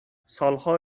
سالها